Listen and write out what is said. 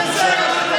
ביזיון.